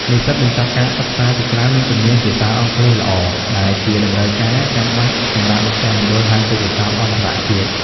និស្សិតបញ្ចប់ការសិក្សាជាច្រើនមានជំនាញភាសាអង់គ្លេសល្អ ដែលជាតម្រូវការចាំបាច់សម្រាប់មជ្ឈមណ្ឌលហៅទូរស័ព្ទអន្តរជាតិ។